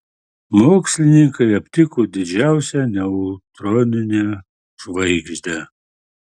mokslininkai aptiko didžiausią neutroninę žvaigždę